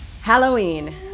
Halloween